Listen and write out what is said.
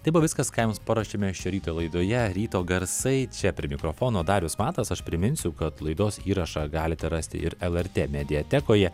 tai buvo viskas ką jums paruošėme šio ryto laidoje ryto garsai čia prie mikrofono darius matas aš priminsiu kad laidos įrašą galite rasti ir lrt mediatekoje